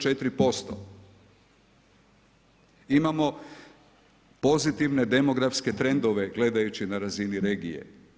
Imamo pozitivne demografske trendove gledajući na razini regije.